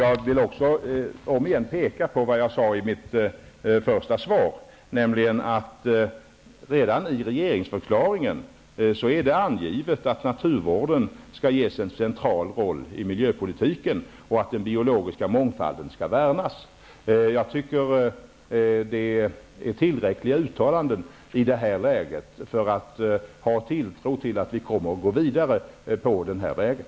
Låt mig också om igen peka på vad jag sade i mitt interpellationssvar, nämligen att redan i regeringsförklaringen är det angivet att naturvården skall ges en central roll i miljöpolitiken och att den biologiska mångfalden skall värnas. Jag tycker att det är tillräckliga uttalanden i det här läget för att man skall ha tilltro till att vi kommer att gå vidare på den här vägen.